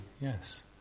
Yes